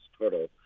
total